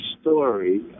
story